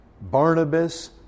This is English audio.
Barnabas